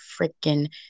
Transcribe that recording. freaking